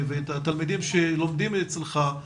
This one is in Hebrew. את התלמידים שלומדים אצלך,